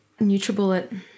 Nutribullet